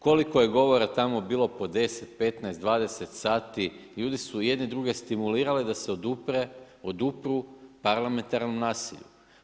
Koliko je govora tamo bilo po 10, 15, 20 sati, ljudi su jedni druge stimulirali da se odupru parlamentarnom nasilju.